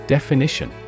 Definition